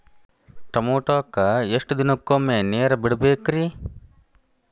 ಟಮೋಟಾಕ ಎಷ್ಟು ದಿನಕ್ಕೊಮ್ಮೆ ನೇರ ಬಿಡಬೇಕ್ರೇ?